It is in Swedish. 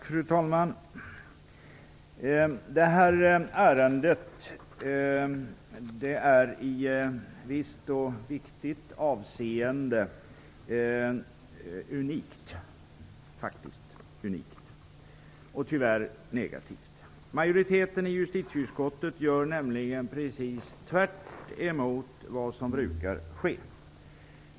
Fru talman! Det här ärendet är i ett visst och viktigt avseende unikt, och tyvärr negativt. Majoriteten i justitieutskottet gör nämligen precis tvärtemot vad som brukar ske.